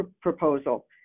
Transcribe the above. proposal